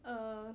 err